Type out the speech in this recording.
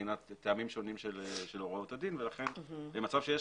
מבחינת טעמים שונים של הוראות הדין ולכן במצב שיש